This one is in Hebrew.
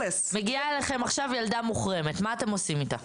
מגיעה אליכם ילדה מוחרמת, מה אתם עושים איתה?